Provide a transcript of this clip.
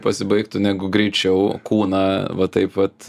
pasibaigtų negu greičiau kūną va taip vat